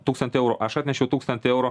tūkstantį eurų aš atnešiau tūkstantį eurų